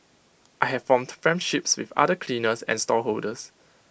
I have formed friendships with other cleaners and stallholders